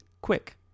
Quick